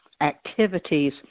activities